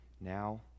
now